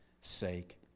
sake